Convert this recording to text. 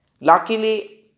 Luckily